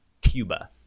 Cuba